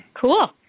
Cool